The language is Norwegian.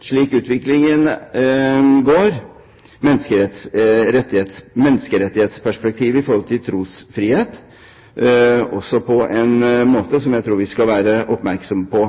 slik utviklingen går, menneskerettighetsperspektivet i forhold til trosfrihet på en måte som jeg tror vi skal være oppmerksomme på.